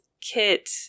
Kit